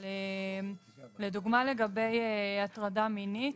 אבל לדוגמה לגבי הטרדה מינית,